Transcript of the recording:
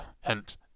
Hint